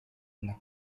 una